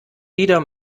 wieder